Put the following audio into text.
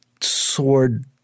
sword